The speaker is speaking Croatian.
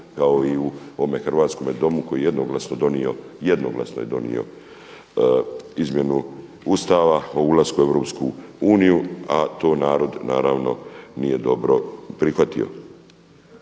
kao i u ovome hrvatskome Domu koji je jednoglasno donio izmjenu Ustava o ulasku u Europsku uniju a to narod naravno nije dobro prihvatio.